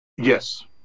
Yes